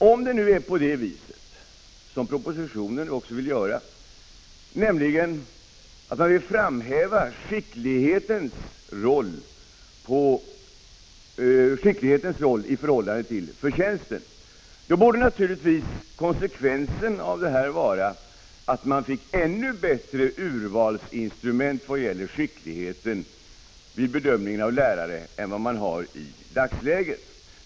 Om det nu är på det viset att man vill framhäva skicklighetens roll i förhållande till förtjänsten — vilket propositionen vill göra — borde naturligtvis konsekvensen vara att man fick ännu bättre urvalsinstrument vad gäller skickligheten vid bedömningen av lärare än man har i dagsläget.